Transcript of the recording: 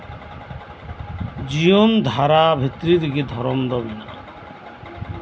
ᱡᱤᱭᱚᱱ ᱫᱷᱟᱨᱟ ᱵᱷᱤᱛᱨᱤ ᱨᱮᱜᱮ ᱫᱷᱚᱨᱚᱢ ᱫᱚ ᱢᱮᱱᱟᱜᱼᱟ